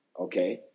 okay